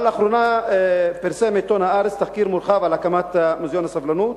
אבל לאחרונה פרסם עיתון "הארץ" תחקיר מורחב על הקמת מוזיאון הסובלנות,